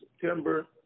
September